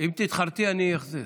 אם תתחרטי, אני אחזיר.